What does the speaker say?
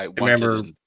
Remember